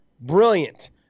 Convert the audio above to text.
Brilliant